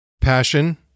Passion